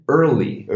early